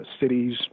cities